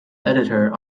editor